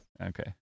Okay